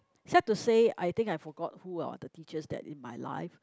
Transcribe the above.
sad to say I think I forgot who are the teachers that in my life